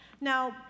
Now